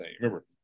Remember